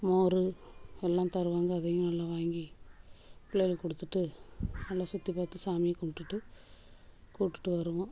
மோர் எல்லாம் தருவாங்க அதையும் நல்லா வாங்கி பிள்ளைகளுக்கு கொடுத்துட்டு நல்லா சுற்றி பார்த்து சாமி கும்பிடுட்டு கூடிட்டுட்டு வருவோம்